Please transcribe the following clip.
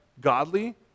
godly